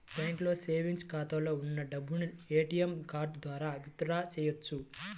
బ్యాంకులో సేవెంగ్స్ ఖాతాలో ఉన్న డబ్బును ఏటీఎం కార్డు ద్వారా విత్ డ్రా చేసుకోవచ్చు